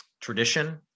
tradition